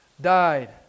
died